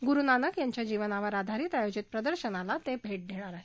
गुरुनानक यांच्या जीवनावर आधारित आयोजित प्रदर्शनाला ते भे देणार आहेत